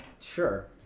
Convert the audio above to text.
Sure